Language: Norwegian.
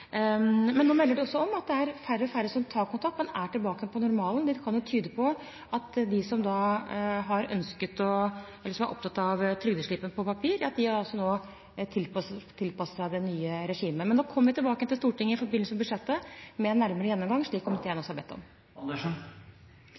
Men nå melder de også om at det er færre og færre som tar kontakt. Man er tilbake på normalen. Det kan jo tyde på at de som har ønsket trygdeslippen på papir, nå har tilpasset seg det nye regimet. Vi kommer tilbake til Stortinget med en nærmere gjennomgang i forbindelse med budsjettet,